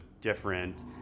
different